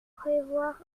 prévoir